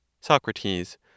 Socrates